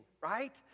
right